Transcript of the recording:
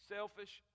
Selfish